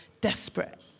desperate